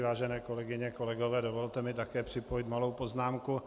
Vážené kolegyně a kolegové, dovolte mi také připojit malou poznámku.